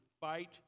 fight